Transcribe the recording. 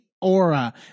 aura